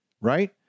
right